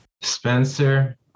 Spencer